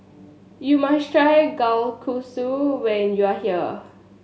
you must try Kalguksu when you are here